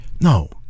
No